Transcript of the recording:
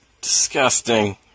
Disgusting